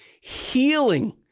healing